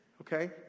okay